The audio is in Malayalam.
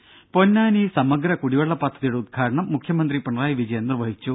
രുര പൊന്നാനി സമഗ്ര കുടിവെള്ള പദ്ധതിയുടെ ഉദ്ഘാടനം മുഖ്യമന്ത്രി പിണറായി വിജയൻ നിർവഹിച്ചു